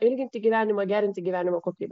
ilginti gyvenimą gerinti gyvenimo kokybę